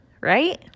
right